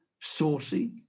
saucy